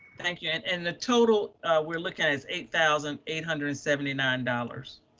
thank you, and the total we're looking at as eight thousand eight hundred and seventy nine dollars.